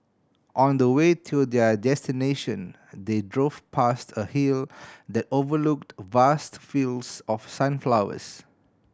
on the way to their destination they drove past a hill that overlooked vast fields of sunflowers